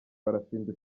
barafinda